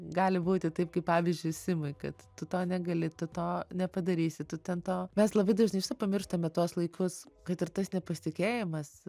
gali būti taip kaip pavyzdžiui simui kad tu to negali tu to nepadarysi tu ten to mes labai dažnai pamirštame tuos laikus kad ir tas nepasitikėjimas